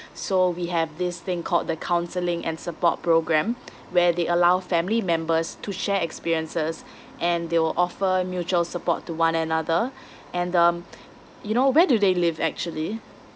so we have this thing called the counselling and support program where they allow family members to share experiences and they will offer mutual support to one another and um you know where do they live actually